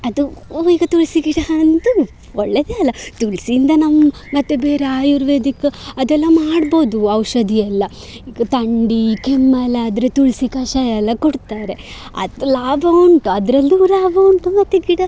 ಅದು ಓ ಈಗ ತುಳಸಿ ಗಿಡ ಅಂತೂ ಒಳ್ಳೆಯದೆ ಅಲಾ ತುಲಸಿಯಿಂದ ನಮ್ಮ ಮತ್ತು ಬೇರೆ ಆಯುರ್ವೇದಿಕ್ ಅದೆಲ್ಲ ಮಾಡ್ಬೌದು ಔಷಧಿಯೆಲ್ಲ ಈಗ ಥಂಡಿ ಕೆಮ್ಮು ಎಲ್ಲ ಆ ತುಳಸಿ ಕಷಾಯ ಎಲ್ಲ ಕೊಡ್ತಾರೆ ಅದು ಲಾಭ ಉಂಟು ಆದರಲ್ಲೂ ಲಾಭ ಉಂಟು ಮತ್ತು ಗಿಡ